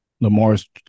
Lamar's